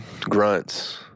Grunts